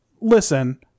listen